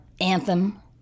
anthem